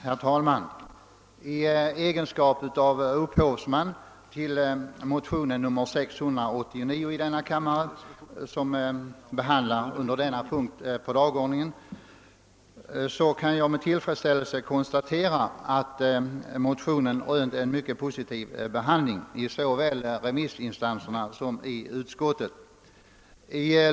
Herr talman! I egenskap av upphovsman till motionen II: 689, som behandlas under denna punkt på dagordningen, kan jag med tillfredsställelse konstatera att motionen rönt en mycket positiv behandling såväl hos remissinstanserna som i utskottet.